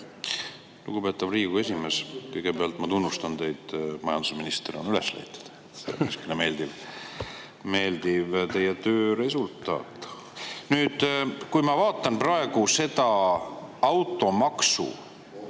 Lugupeetav Riigikogu esimees! Kõigepealt ma tunnustan teid, et majandusminister on üles leitud. Väga meeldiv teie töö resultaat. Nüüd, kui ma vaatan praegu seda automaksu